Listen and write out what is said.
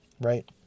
Right